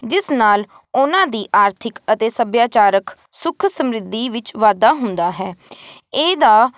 ਜਿਸ ਨਾਲ ਉਨ੍ਹਾਂ ਦੀ ਆਰਥਿਕ ਅਤੇ ਸੱਭਿਆਚਾਰਕ ਸੁੱਖ ਸਮਰਿੱਧੀ ਵਿੱਚ ਵਾਧਾ ਹੁੰਦਾ ਹੈ ਇਹਦਾ